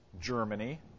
Germany